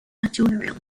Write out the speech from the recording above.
actuarial